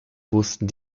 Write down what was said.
wussten